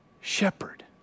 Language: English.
shepherd